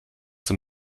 zum